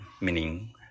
meaning